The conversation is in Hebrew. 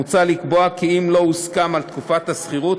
מוצע לקבוע כי אם לא הוסכם על תקופת השכירות,